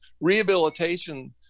rehabilitation